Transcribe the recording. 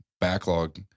backlog